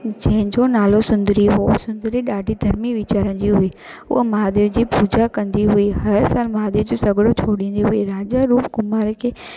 जंहिंजो नालो सुंदरी हो सुंदरी ॾाढी धर्मी विचारनि जी हुई हूअ महादेव जी पूॼा कंदी हुई हर सालु महादेव जो सॻिड़ो छोड़ींदी हुई राजा रुपकुमार खे